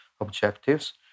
objectives